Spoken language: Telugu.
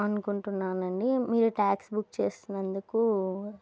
అనుకుంటున్నానండి మీరు ట్యాక్సీ బుక్ చేస్తునందుకు